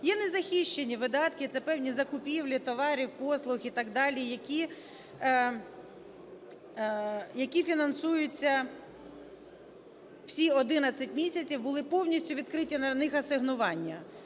Є незахищені видатки – це певні закупівлі товарів, послуг і так далі, які фінансуються всі 11 місяців, були повністю відкриті на них асигнування.